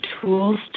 tools